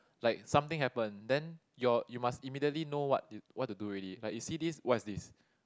like something happen then your you must immediately know what to what to do already like if you see this what is this